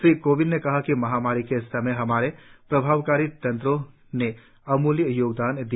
श्री कोविंद ने कहा कि महामारी के समय हमारे प्रभावकारी तंत्रों ने अमूल्य योगदान दिया